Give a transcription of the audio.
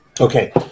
Okay